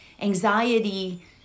anxiety